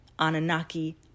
Anunnaki